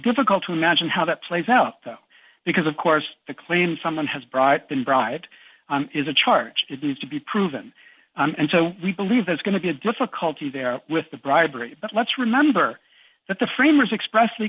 difficult to imagine how that plays out though because of course the claim someone has brought in bride is a charge it needs to be proven and so we believe there's going to be a difficulty there with the bribery but let's remember that the